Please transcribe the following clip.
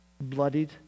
bloodied